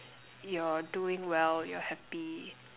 you're doing well you're happy